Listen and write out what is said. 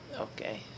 okay